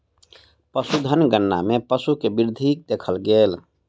पशुधन गणना मे पशु के वृद्धि देखल गेल